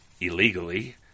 illegally